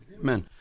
Amen